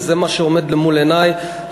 וזה מה שעומד למול עיני,